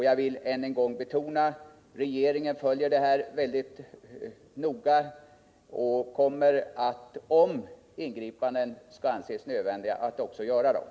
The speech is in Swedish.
Jag vill än en gång betona att regeringen följer denna fråga mycket noga. Om ingripanden anses nödvändiga kommer regeringen också att göra sådana.